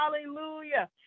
hallelujah